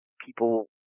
people